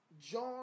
john